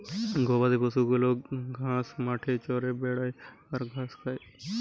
গবাদি পশু গুলা ঘাস মাঠে চরে বেড়ায় আর ঘাস খায়